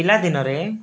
ପିଲାଦିନରେ